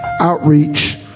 outreach